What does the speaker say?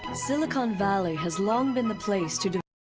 silicon valley has long been the place to